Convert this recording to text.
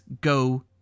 go